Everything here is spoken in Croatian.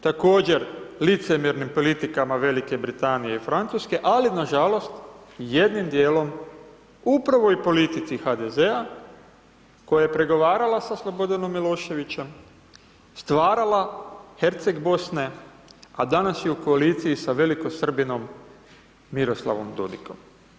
Također, licemjernim politikama Velike Britanije i Francuske, ali na žalost jednim dijelom upravo i politici HDZ-a koja je pregovarala sa Slobodanom Miloševićem, stvarala Herceg Bosne, a danas je u koalicijom sa velikosrbinom Miroslavom Dodikom.